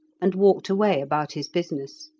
and walked away about his business.